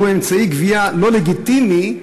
והוא אמצעי גבייה לא לגיטימי"?